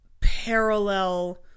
parallel